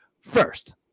First